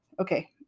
Okay